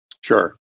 Sure